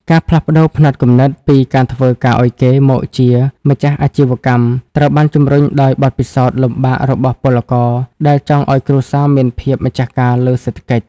ការផ្លាស់ប្តូរផ្នត់គំនិតពី "ការធ្វើការឱ្យគេ" មកជា "ម្ចាស់អាជីវកម្ម" ត្រូវបានជម្រុញដោយបទពិសោធន៍លំបាករបស់ពលករដែលចង់ឱ្យគ្រួសារមានភាពម្ចាស់ការលើសេដ្ឋកិច្ច។